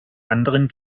anderen